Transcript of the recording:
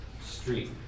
Street